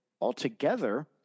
altogether